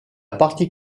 partie